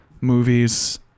movies